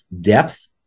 depth